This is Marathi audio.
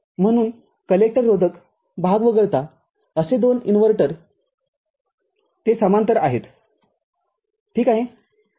म्हणून कलेक्टर रोधक भाग वगळता असे दोन इन्व्हर्टर ते समांतर आहेत ठीक आहे